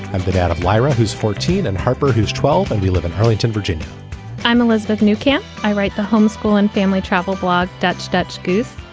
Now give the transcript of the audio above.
i've been out of wira, who's fourteen, and harper, who's twelve. and we live in arlington, virginia i'm elizabeth new. can't i write the homeschool and family travel blog? dutch dutch goos.